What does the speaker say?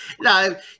no